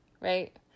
right